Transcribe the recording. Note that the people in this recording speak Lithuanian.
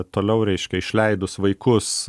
toliau reiškia išleidus vaikus